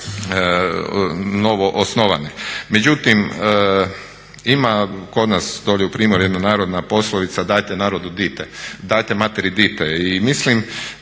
novo osnovane. Međutim, ima kod nas dolje u primorju jedna narodna poslovica "Dajte narodu dite, dajte materi dite." I mislim